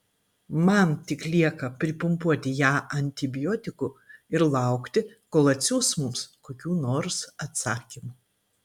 man tik lieka pripumpuoti ją antibiotikų ir laukti kol atsiųs mums kokių nors atsakymų